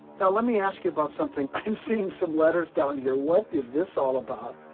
now, let me ask you about something. i'm seeing some letters down here. what is this all about?